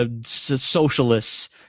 socialists